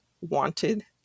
wanted